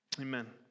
Amen